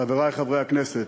חברי חברי הכנסת,